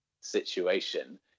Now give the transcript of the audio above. situation